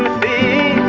be